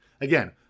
Again